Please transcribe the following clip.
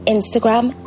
Instagram